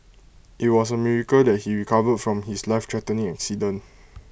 IT was A miracle that he recovered from his lifethreatening accident